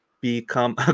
become